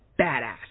badass